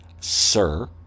sir